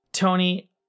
Tony